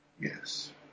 Yes